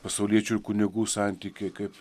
pasauliečių ir kunigų santykiai kaip